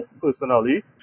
personally